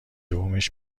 بومش